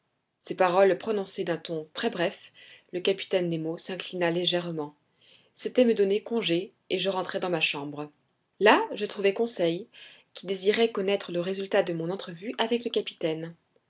ces paroles prononcées d'un ton très bref le capitaine nemo s'inclina légèrement c'était me donner congé et je rentrai dans ma chambre là je trouvai conseil qui désirait connaître le résultat de mon entrevue avec le capitaine